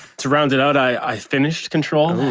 to round it out, i finished control.